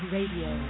Radio